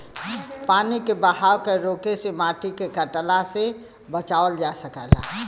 पानी के बहाव क रोके से माटी के कटला से बचावल जा सकल जाला